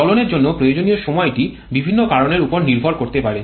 জ্বলনের জন্য প্রয়োজনীয় সময়টি বিভিন্ন কারণের উপর নির্ভর করতে পারে